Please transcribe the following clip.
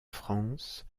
france